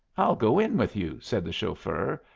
i'll go in with you, said the chauffeur,